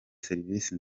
serivise